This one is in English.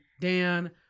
Dan